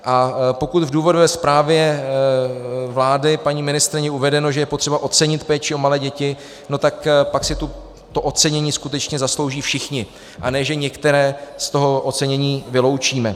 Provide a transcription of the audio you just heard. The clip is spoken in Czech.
A pokud v důvodové zprávě vlády, paní ministryně, je uvedeno, že je potřeba ocenit péči o malé děti, no tak pak si to ocenění skutečně zaslouží všichni, a ne že některé z toho ocenění vyloučíme.